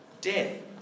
Death